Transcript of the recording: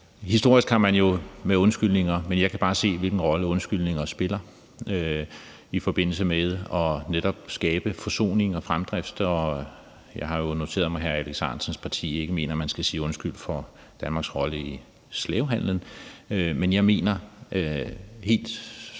Historisk har man jo noget med undskyldninger, men jeg kan bare se, hvilken rolle undskyldninger spiller i forbindelse med netop at skabe forsoning og fremdrift. Jeg har jo noteret mig, at hr. Alex Ahrendtsens parti ikke mener, man skal sige undskyld for Danmarks rolle i slavehandelen, men jeg mener, foranlediget